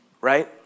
Right